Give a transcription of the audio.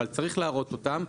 אבל צריך להראות אותם.